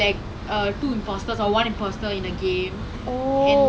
it's damn fun lah on Twitter right like so many memes about it